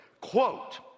Quote